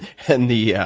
and the yeah